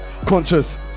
conscious